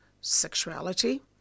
sexuality